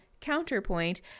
counterpoint